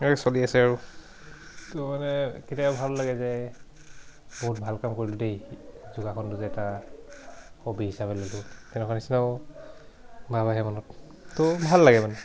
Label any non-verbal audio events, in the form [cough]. [unintelligible] চলি আছে আৰু ত' মানে কেতিয়াবা ভাল লাগে যে বহুত ভাল কাম কৰিলোঁ দেই যোগাসনটো যে এটা হবি হিচাপে ল'লোঁ তেনেকুৱা নিচিনাও ভাৱ আহে মনত ত' ভাল লাগে মানে